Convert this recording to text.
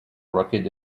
rugged